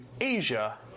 Asia